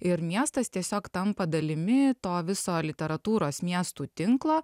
ir miestas tiesiog tampa dalimi to viso literatūros miestų tinklo